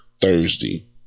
Thursday